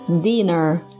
dinner